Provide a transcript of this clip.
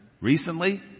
recently